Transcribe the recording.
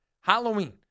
Halloween